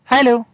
Hello